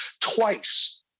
Twice